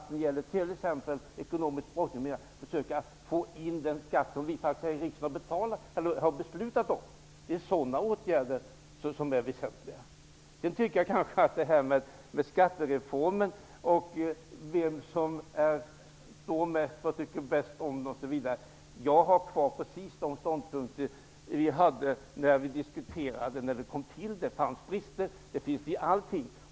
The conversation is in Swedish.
Det gäller att genom olika insatser försöka få in den skatt som vi har beslutat om här i riksdagen. När det gäller frågan om vem som är mest anhängare av skattereformen vill jag säga att jag har kvar de ståndpunkter vi hade när reformen kom till. Det fanns brister -- det finns det alltid.